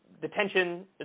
detention